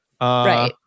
Right